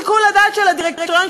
שיקול הדעת של הדירקטוריון,